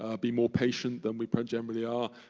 ah be more patient than we generally are.